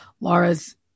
Laura's